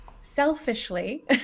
selfishly